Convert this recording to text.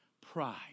Pride